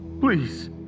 Please